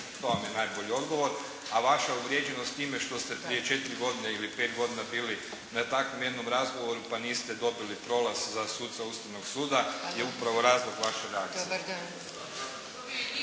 To vam je najbolji odgovor. A vaša uvrijeđenost time što ste prije 4 godine ili 5 godina bili na takvom jednom razgovoru pa niste dobili prolaz za suca Ustavnog suda je upravo razlog vaše reakcije.